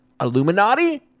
Illuminati